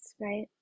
right